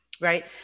Right